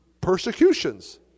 persecutions